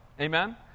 amen